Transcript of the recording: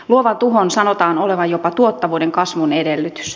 luovan tuhon sanotaan olevan jopa tuottavuuden kasvun edellytys